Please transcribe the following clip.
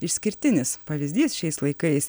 išskirtinis pavyzdys šiais laikais